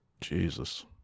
Jesus